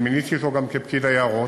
ומיניתי אותו לפקיד היערות.